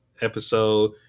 episode